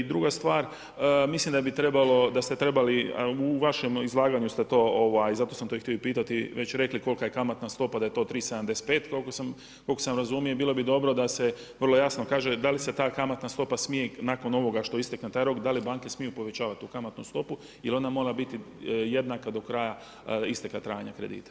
I druga stvar, mislim da bi trebalo, da ste trebali a u vašem izlaganju ste to, zato sam to i htio pitati već rekli kolika je kamatna stopa, da je to 3,75 koliko sam razumio, bilo bi dobro da se vrlo jasno kaže da li se ta kamatna stopa smije nakon ovoga što istekne taj rok, da li banke smiju povećavati tu kamatnu stopu jer ona mora biti jednaka do kraja isteka trajanja kredita.